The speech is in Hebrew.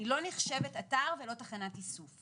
אני לא נחשבת אתר ולא תחנת איסוף.